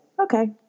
okay